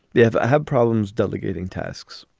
they have had problems delegating tasks.